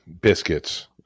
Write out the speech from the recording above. Biscuits